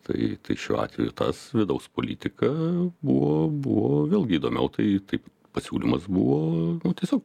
tai šiuo atveju tas vidaus politika buvo buvo vėlgi įdomiau tai taip pasiūlymas buvo tiesiog